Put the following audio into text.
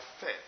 faith